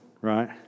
right